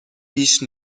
بیش